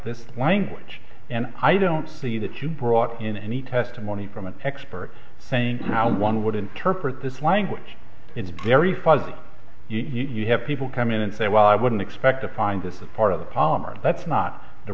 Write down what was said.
this language and i don't see that you brought in any testimony from an expert same time how one would interpret this language it's very fuzzy you have people come in and say well i wouldn't expect to find this is part of the polymer that's not the